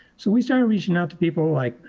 so we started reaching out to people like